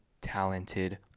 talented